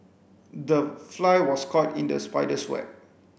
the fly was caught in the spider's web